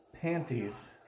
panties